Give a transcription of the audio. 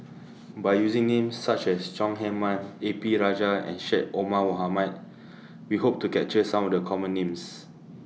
By using Names such as Chong Heman A P Rajah and Syed Omar Mohamed We Hope to capture Some of The Common Names